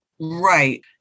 Right